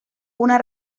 una